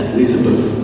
Elizabeth